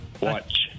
Watch